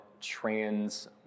trans